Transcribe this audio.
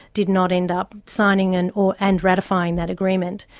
did not end up signing and or and ratifying that agreement,